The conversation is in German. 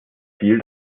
viel